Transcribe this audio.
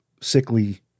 sickly